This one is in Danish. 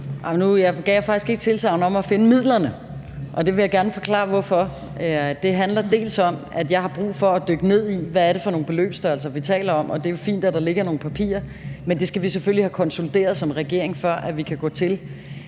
Jeg gav faktisk ikke tilsagn om at finde midlerne, og jeg vil gerne forklare hvorfor. Det handler både om, at jeg har brug for at dykke ned i, hvad det er for nogle beløbsstørrelser, vi taler om – og det er jo fint, at der ligger nogle papirer, men det skal vi selvfølgelig have konsolideret som regering, før vi kan gå til